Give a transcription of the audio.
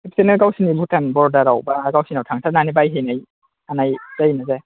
खेबसेनो गावसोरनि भुटान बरदार आव एबा गावसोरनियाव थांथारनानै बायहैनो हानाय जायोना जाया